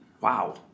wow